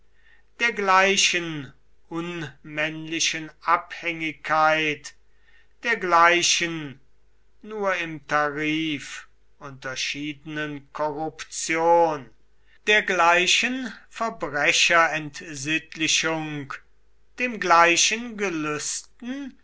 der gleichen unmännlichen abhängigkeit der gleichen nur im tarif unterschiedenen korruption der gleichen verbrecherentsittlichung dem gleichen gelüsten